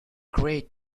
great